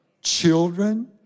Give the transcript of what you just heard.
children